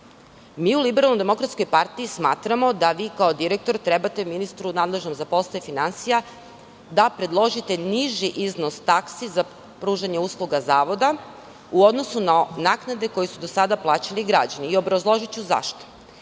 Mi u LDP smatramo da vi, kao direktor, treba ministru nadležnom za poslove finansija da predložite niži iznos taksi za pružanje usluga zavoda, u odnosu na naknade koje su do sada plaćali građani. Obrazložiću